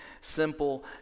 simple